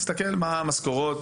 תסתכל מה המשכורות,